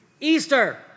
easter